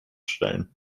stellen